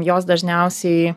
jos dažniausiai